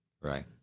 Right